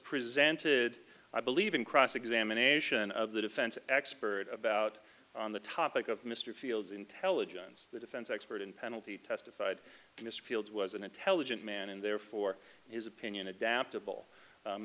presented i believe in cross examination of the defense expert about on the topic of mr fields intelligence the defense expert in penalty testified in this field was an intelligent man and therefore his opinion adaptable